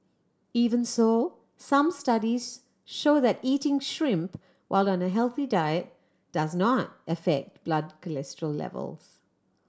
even so some studies show that eating shrimp while on a healthy diet does not affect blood cholesterol levels